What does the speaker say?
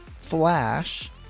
Flash